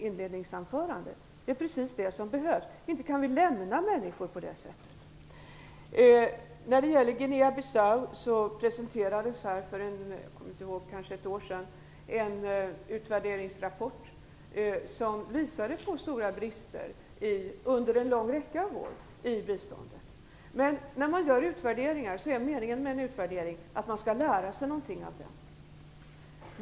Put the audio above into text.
Inte kan vi lämna människor på det sättet! När det gäller Guinea Bissau presenterades det för kanske ett år sedan en utvärderingsrapport som visade på stora brister i biståndet under en lång rad år. Men meningen med en utvärdering är att man skall lära sig någonting av den.